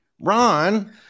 Ron